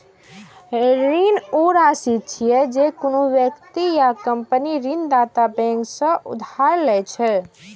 ऋण ऊ राशि छियै, जे कोनो व्यक्ति या कंपनी ऋणदाता बैंक सं उधार लए छै